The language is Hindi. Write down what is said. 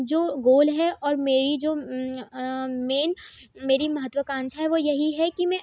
जो गोल है और मेरी जो मेन मेरी महत्त्वकांक्षा है वो यही है कि मैं